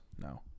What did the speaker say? No